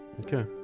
Okay